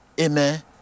Amen